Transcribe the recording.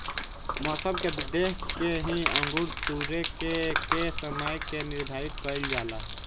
मौसम के देख के ही अंगूर तुरेके के समय के निर्धारित कईल जाला